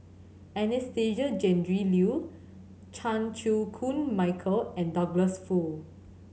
Anastasia Tjendri Liew Chan Chew Koon Michael and Douglas Foo